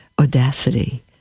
audacity